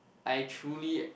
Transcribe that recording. I truly